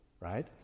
right